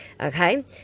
Okay